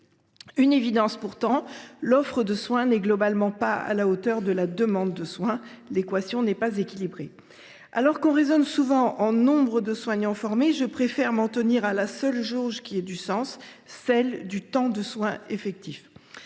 Une évidence s’impose pourtant : l’offre de soins n’est globalement pas à la hauteur de la demande de soins. L’équation n’est pas équilibrée. Alors que l’on raisonne souvent en nombre de soignants formés, je préfère m’en tenir à la seule jauge qui ait du sens : celle du temps de soin effectif.